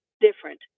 different